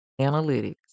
analytics